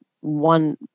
one